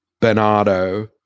Bernardo